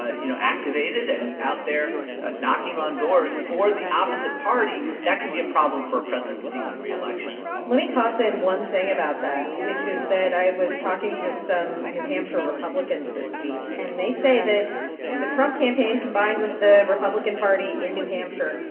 ah you know, activated and out there knocking on doors for the opposite party, that can be a problem for a president seeking re-election let me toss in one thing about that, which is that i was talking to some new hampshire republicans this week. and they say that the trump campaign, combined with the republican party in new hampshire,